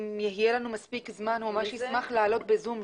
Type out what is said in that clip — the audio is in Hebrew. אם יהיה לנו מספיק זמן הוא ישמח לעלות בזום.